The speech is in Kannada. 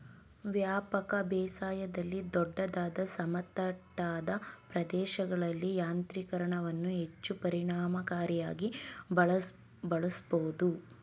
ವ್ಯಾಪಕ ಬೇಸಾಯದಲ್ಲಿ ದೊಡ್ಡದಾದ ಸಮತಟ್ಟಾದ ಪ್ರದೇಶಗಳಲ್ಲಿ ಯಾಂತ್ರೀಕರಣವನ್ನು ಹೆಚ್ಚು ಪರಿಣಾಮಕಾರಿಯಾಗಿ ಬಳಸ್ಬೋದು